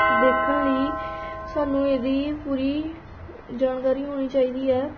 ਦੇਖਣ ਲਈ ਸਾਨੂੰ ਇਹਦੀ ਪੂਰੀ ਜਾਣਕਾਰੀ ਹੋਣੀ ਚਾਹੀਦੀ ਹੈ